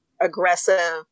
aggressive